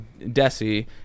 Desi